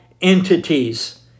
entities